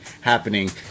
happening